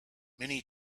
many